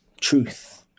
truth